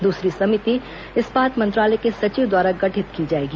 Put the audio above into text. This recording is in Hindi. दूसरी समिति इस्पात मंत्रालय के सचिव द्वारा गठित की जाएगी